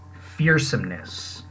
fearsomeness